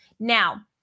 Now